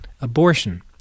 Abortion